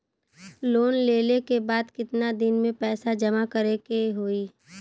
Loan लेले के बाद कितना दिन में पैसा जमा करे के होई?